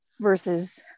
versus